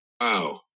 Wow